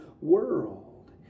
world